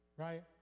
right